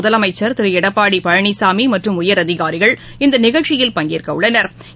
முதலமைச்சர் திரு எடப்பாடி பழனிசாமி மற்றும் உயரதிகாரிகள் இந்த நிகழ்ச்சியில் பங்கேற்கவுள்ளனா்